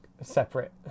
separate